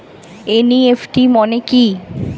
NEFT মনে কি?